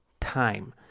time